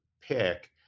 pick